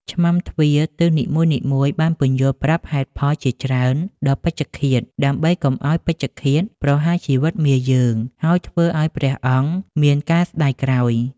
ឆ្មាំទ្វារទិសនីមួយៗបានពន្យល់ប្រាប់ហេតុផលជាច្រើនដល់ពេជ្ឈឃាត ដើម្បីកុំឱ្យពេជ្ឈឃាតប្រហារជីវិតមាយើង ហើយធ្វើឱ្យព្រះអង្គមានការស្តាយក្រោយ។